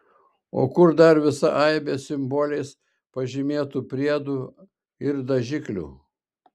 o kur dar visa aibė simboliais pažymėtų priedų ir dažiklių